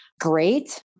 great